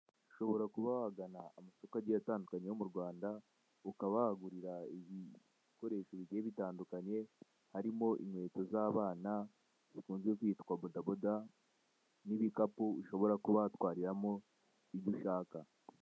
Ushobora kuba wagana amaduka agiye atandukanye yo mu Rwanda ukaba wahagurira ibikoresho bigiye bitandukanye harimo inkweto z'abana zikunzwe kwitwa bodaboda n'ibikapu ushobora kuba watwariramo ibyo ushaka.